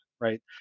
right